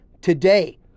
today